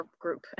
group